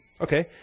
okay